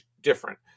different